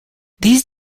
these